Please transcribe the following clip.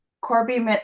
Corby